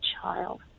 child